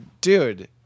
Dude